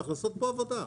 צריך לעשות פה עבודה.